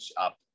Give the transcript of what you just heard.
up